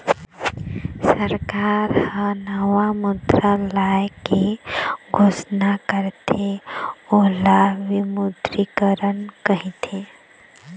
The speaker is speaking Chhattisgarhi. सरकार ह नवा मुद्रा लाए के घोसना करथे ओला विमुद्रीकरन कहिथें